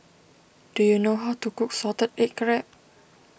do you know how to cook Salted Egg Crab